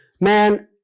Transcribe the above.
man